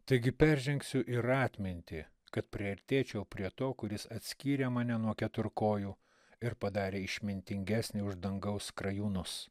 taigi peržengsiu ir atmintį kad priartėčiau prie to kuris atskyrė mane nuo keturkojų ir padarė išmintingesnį už dangaus skrajūnus